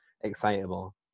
excitable